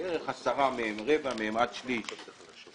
בערך 10 מהם, רבע מהם עד שליש, יש